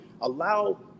allow